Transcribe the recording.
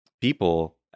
people